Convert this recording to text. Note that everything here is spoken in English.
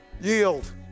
Yield